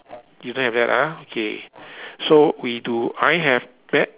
you don't have that ah okay so we do I have bet